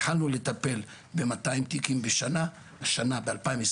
התחלנו לטפל במאתיים תיקים בשנה ב-2021,